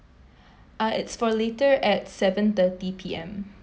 uh it's for later at seven thirty P_M